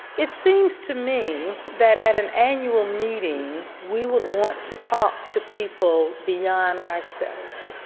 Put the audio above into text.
it seems to me that at an annual meeting, we wouldn't want to talk to people beyond ourselves.